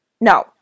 No